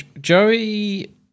Joey